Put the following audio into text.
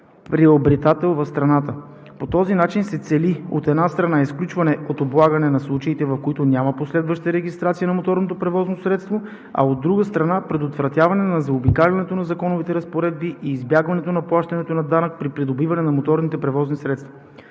приобретател в страната. По този начин се цели, от една страна, изключване от облагане на случаите, в които няма последваща регистрация на моторното превозно средство, а от друга, предотвратяване на заобикалянето на законовите разпоредби и избягването на плащането на данък при придобиване на моторни превозни средства.